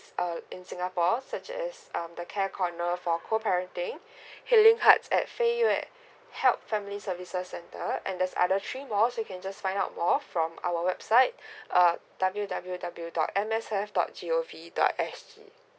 in singapore such as um the care corner for co parenting healing heart at fei yue help family services centre and there's other three more you can find out more from our website uh w w w dot m sf dot g o v dot s g